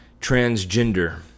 transgender